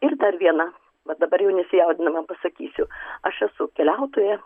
ir dar viena va dabar jau nesijaudinama pasakysiu aš esu keliautoja